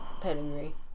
pedigree